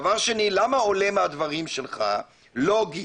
דבר שני, למה עולה מהדברים שלך, לוגית,